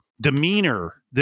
demeanor